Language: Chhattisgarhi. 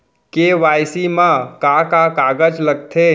के.वाई.सी मा का का कागज लगथे?